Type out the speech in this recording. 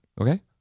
Okay